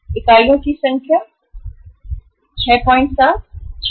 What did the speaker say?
इकाइयों की संख्या 67 670